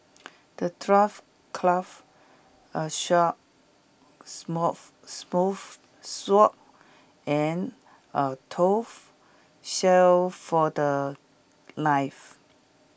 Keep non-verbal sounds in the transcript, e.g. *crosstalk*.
the dwarf crafted A sharp *unintelligible* sword and A tough shield for The Life